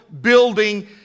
building